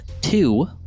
two